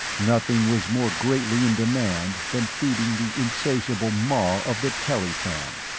nothing was more greatly in demand than feeding the insatiable maw of the telly fan,